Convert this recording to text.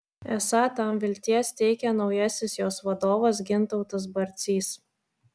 esą tam vilties teikia naujasis jos vadovas gintautas barcys